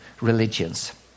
religions